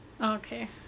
Okay